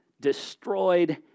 destroyed